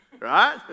Right